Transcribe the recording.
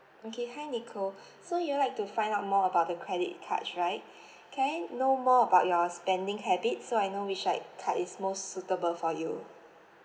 okay hi nicole so you would like to find out more about the credit card right can I know more about your spending habits so I know which like card is most suitable for you